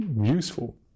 useful